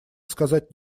сказать